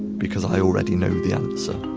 because i already know the answer.